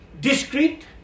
discrete